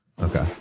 okay